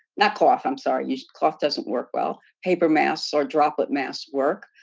not cloth i'm sorry cloth doesn't work well. paper masks or droplet masks work.